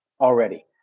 already